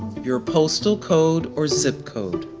your postal code, or zip code.